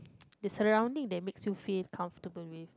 uh the surrounding that makes you feel comfortable with